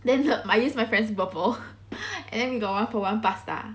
then I use my friend's Burpple and then we got one for one pasta